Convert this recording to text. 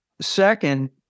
Second